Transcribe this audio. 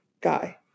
guy